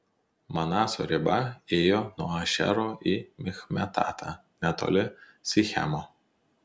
manaso riba ėjo nuo ašero į michmetatą netoli sichemo